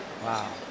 wow